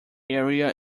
area